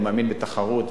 ואני מאמין בתחרות,